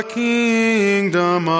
kingdom